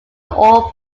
all